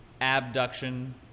abduction